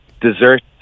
dessert